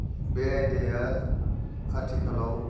बे आयदाया आथिखालाव